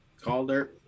Calder